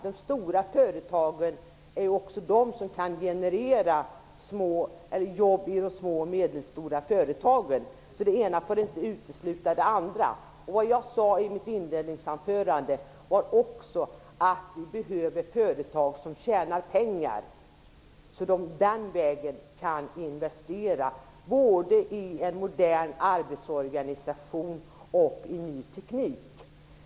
De stora företagen kan generera jobb i de små och medelstora företagen. Det ena får därför inte utesluta det andra. Jag sade i mitt inledningsanförande att vi också behöver företag som tjänar pengar, så att man kan investera både i en modern arbetsorganisation och i ny teknik.